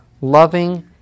loving